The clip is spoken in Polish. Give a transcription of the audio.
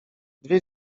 dwie